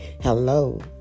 Hello